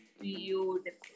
beautiful